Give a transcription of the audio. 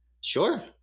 Sure